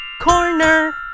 Corner